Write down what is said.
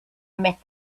met